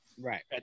Right